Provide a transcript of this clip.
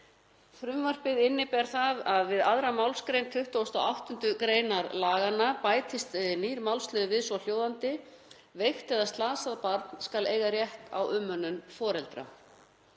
Frumvarpið inniber það að við 1. gr. 2. mgr. 28. gr. laganna bætist nýr málsliður, svohljóðandi: Veikt eða slasað barn skal eiga rétt á umönnun foreldra.